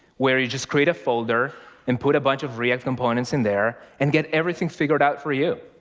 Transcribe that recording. where you just create a folder and put a bunch of react components in there, and get everything figured out for you.